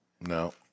No